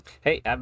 Hey